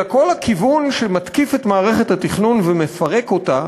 אלא כל הכיוון שמתקיף את מערכת התכנון ומפרק אותה,